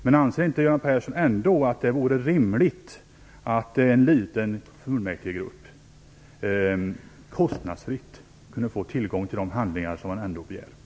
Men anser inte Göran Persson ändå att det vore rimligt att en liten fullmäktigegrupp kostnadsfritt kunde få tillgång till de handlingar som man begär?